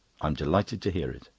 i'm delighted to hear it.